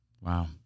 Wow